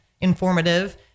informative